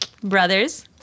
brothers